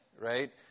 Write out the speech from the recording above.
right